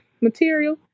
material